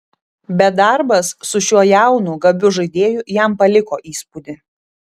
bet darbas su šiuo jaunu gabiu žaidėju jam paliko įspūdį